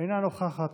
אינה נוכחת.